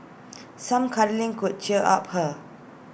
some cuddling could cheer up her